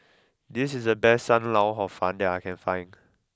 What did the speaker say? this is the best Sam Lau Hor Fun that I can find